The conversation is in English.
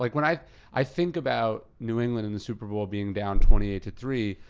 like when i i think about new england in the super bowl being down twenty eight to three,